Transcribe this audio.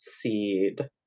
seed